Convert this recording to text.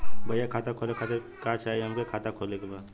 भईया खाता खोले खातिर का चाही हमके खाता खोले के बा?